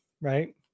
right